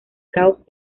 caos